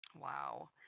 wow